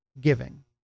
giving